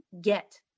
get